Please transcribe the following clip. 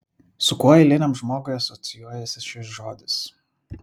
su kuo eiliniam žmogui asocijuojasi šis žodis